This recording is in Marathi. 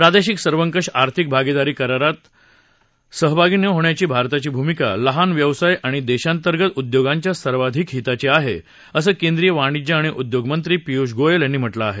प्रादेशिक सर्वंकष आर्थिक भागीदारी करारात अर्थात आरसेपमध्ये सहभागी न होण्याची भारताची भूमिका लहान व्यवसाय आणि देशांतर्गत उद्योगांच्या सर्वाधिक हिताची आहे असं केंद्रीय वाणिज्य आणि उद्योग मंत्री पियुष गोयल यांनी म्हटलं आहे